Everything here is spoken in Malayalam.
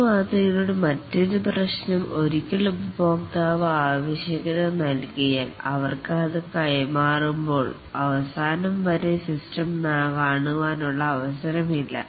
ഈ മാതൃകയുടെ മറ്റൊരു പ്രശ്നം ഒരിക്കൽ ഉപഭോക്താവ് ആവശ്യകത നൽകിയാൽ അവർക്ക് അത് കൈമാറുമ്പോൾ അവസാനം വരെ സിസ്റ്റം കാണാനുള്ള അവസരം ഇല്ല